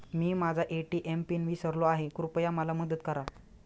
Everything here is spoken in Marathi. मी माझा ए.टी.एम पिन विसरलो आहे, कृपया मला मदत करा